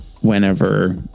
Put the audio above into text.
whenever